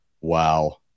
wow